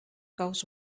goes